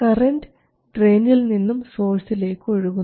current ഡ്രയിനിൽ നിന്നും സോഴ്സിലേക്ക് ഒഴുകുന്നു